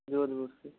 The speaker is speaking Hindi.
जोधपुर से